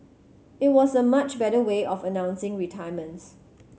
it was a much better way of announcing retirements